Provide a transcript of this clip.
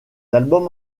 albums